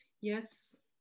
yes